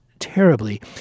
terribly